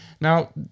now